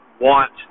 want